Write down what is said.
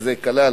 כשזה כלל